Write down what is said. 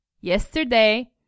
yesterday